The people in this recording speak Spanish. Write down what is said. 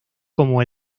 como